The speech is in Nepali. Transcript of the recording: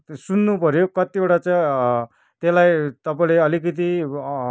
सुन्नु पऱ्यो कतिवटा चाहिँ त्यसलाई तपाईँले अलिकति